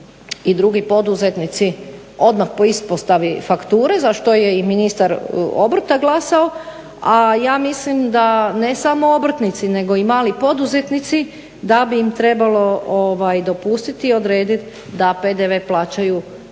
i drugi poduzetnici odmah po ispostavi fakture za što je i ministar obrta glasao. A ja mislim da ne samo obrtnici, nego i mali poduzetnici da bi im trebalo dopustiti i odrediti da PDV plaćaju po